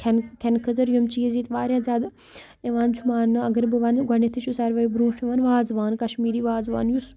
کھٮ۪ن کھٮ۪نہٕ خٲطرٕ یِم چیٖز ییٚتہِ واریاہ زیادٕ یِوان چھُ ماننہٕ اگر بہٕ وَنہٕ گۄڈنٮ۪تھٕے چھُ ساروِیو برونٛٹھ یِوان وازوان کَشمیٖری وازوان یُس